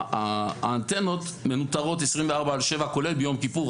האנטנות מנוטרות 24/7 כולל ביום כיפור,